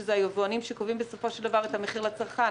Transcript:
שזה היבואנים שקובעים בסופו של דבר את המחיר לצרכן,